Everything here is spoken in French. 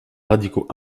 radicaux